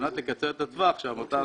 על מנת לקצר את הטווח שעמותה